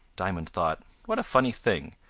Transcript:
diamond thought, what a funny thing!